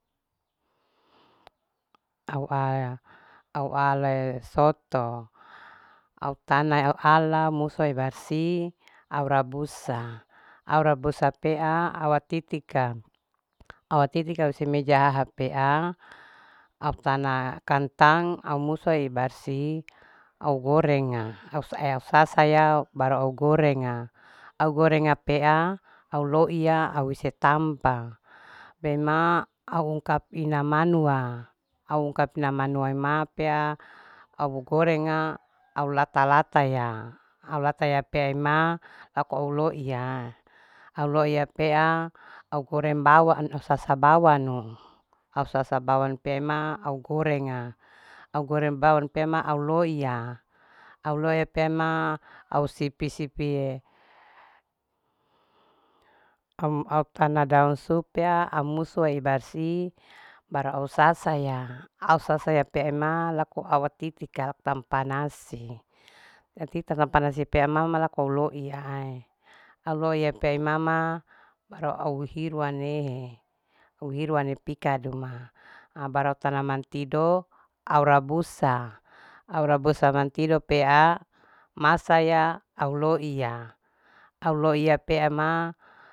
Au ala, au ala soto au tana au ala musue barsih au rabusa au rabusa peaa awatitika. awatitika ause mejahaha pea au tana kantang au musue barsih au gorenga ew au sasaya bara au gorenga au gorenga pea au loiya au usetampa peema uangkap manua au ungkap manua peaa au gorenga au lata. lataya au lateya pea ima auko ilo iya au loiya pea au goreng bawang sasa bawano au sosa bawan pe ma au gorenga au goreng bawan pe ima au loiya au loe pe ema au sipi. sipie um au tana daun supea au musue barsi bara au sasaya au sasaya pe ima laku awotitika laku tampanasi au tita tampanasi pe imama lako loiya au loiyae pei imama para au iruwanehe au iruwanehe pikaduma ah bara utanaman tido au rabussa. au rabusa mantido pea masaya au loiya. au loiya pe ema